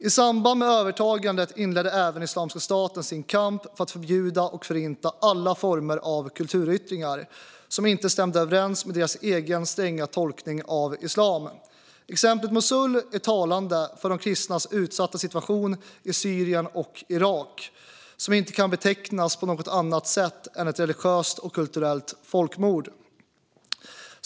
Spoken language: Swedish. I samband med övertagandet inledde även Islamiska staten sin kamp för att förbjuda och förinta alla former av kulturyttringar som inte stämde överens med dess egen stränga tolkning av islam. Exemplet Mosul är talande för de kristnas utsatta situation i Syrien och Irak. Detta kan inte betecknas som något annat än ett religiöst och kulturellt folkmord.